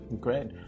Great